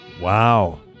Wow